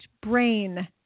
brain